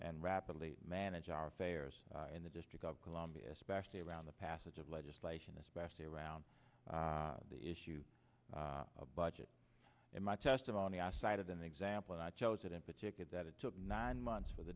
and rapidly manage our affairs in the district of columbia especially around the passage of legislation especially around the issue of budget in my testimony i cited an example and i chose it in particular that it took nine months for the